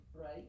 right